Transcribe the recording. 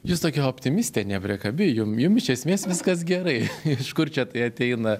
jūs tokia optimistė nepriekabi jum jum iš esmės viskas gerai iš kur čia tai ateina